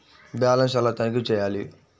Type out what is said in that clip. Balance ఎలా తనిఖీ చేయాలి?